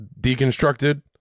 deconstructed